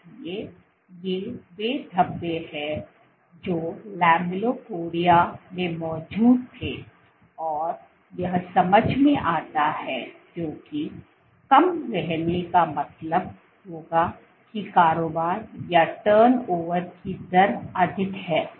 इसलिए ये वे धब्बे हैं जो लैमेलिपोडिया में मौजूद थे और यह समझ में आता है क्योंकि कम रहने का मतलब होगा कि कारोबार की दर अधिक है